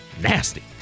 Nasty